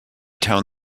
town